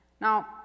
Now